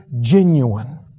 genuine